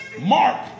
Mark